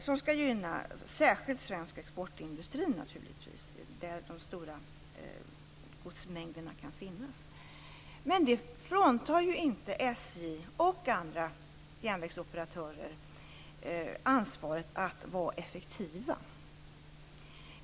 Det skall gynna särskilt svensk exportindustri där de stora godsmängderna kan finnas. Det fråntar inte SJ och andra järnvägsoperatörer ansvaret för att vara effektiva.